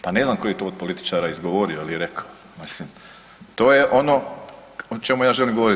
Pa ne znam tko je to od političara izgovorio ili rekao, mislim to je ono o čemu ja želim govoriti.